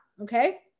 Okay